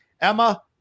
Emma